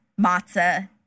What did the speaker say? matzah